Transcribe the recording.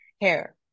hair